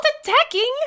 attacking